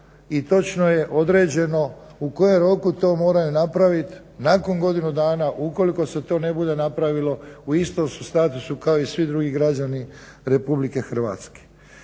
i točno je određeno u kojem roku to moraju napraviti. Nakon godinu dana ukoliko se to ne bude napravilo u istom su statusu kao i svi drugi građani RH. Tako